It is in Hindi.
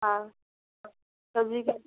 हाँ सब्ज़ी का